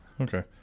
Okay